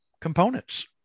components